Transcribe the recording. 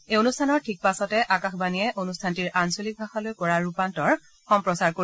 এই অনুষ্ঠানৰ ঠিক পাছতে আকাশবাণীয়ে অনুষ্ঠানটিৰ আঞ্চলিক ভাষালৈ কৰা ৰূপান্তৰ সম্প্ৰচাৰ কৰিব